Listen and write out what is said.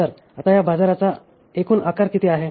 तर आता या बाजाराचा एकूण आकार किती आहे